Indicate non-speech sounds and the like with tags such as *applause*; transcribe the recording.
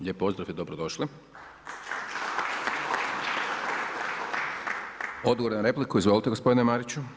Lijep pozdrav i dobrodošli. *applause* Odgovor na repliku, izvolite gospodine Mariću.